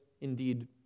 indeed